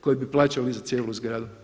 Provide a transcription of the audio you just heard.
Koji bi plaćali za cijelu zgradu.